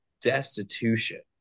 destitution